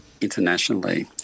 internationally